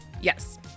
Yes